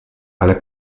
ale